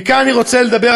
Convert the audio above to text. מכאן אני רוצה לדבר,